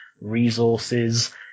resources